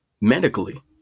Medically